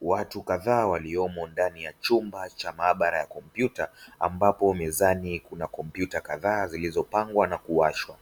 Watu kadhaa waliomo ndani ya chumba cha maabara ya kompyuta, ambapo mezani kuna kompyuta kadhaa zilizopangwa na kuwashwa.